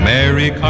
Mary